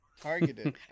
Targeted